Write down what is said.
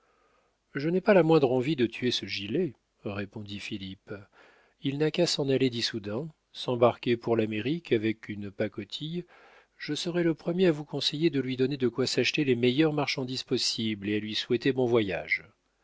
je n'ai pas la moindre envie de tuer ce gilet répondit philippe il n'a qu'à s'en aller d'issoudun s'embarquer pour l'amérique avec une pacotille je serai le premier à vous conseiller de lui donner de quoi s'acheter les meilleures marchandises possibles et à lui souhaiter bon voyage